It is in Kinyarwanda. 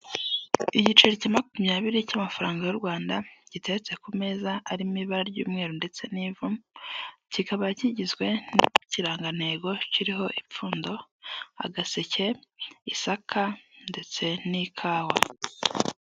Igiceri cya makumyabiri cy'amafaranga y'u Rwanda giteretse ku meza, arimo ibara ry'umweru ndetse n'ivu, kikaba kigizwe n'ikirangantego kiriho ipfundo, agaseke, isaka ndetse n'ikawa.